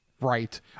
Right